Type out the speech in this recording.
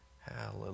Hallelujah